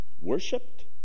worshipped